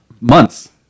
months